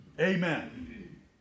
Amen